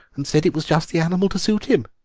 and said it was just the animal to suit him.